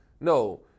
No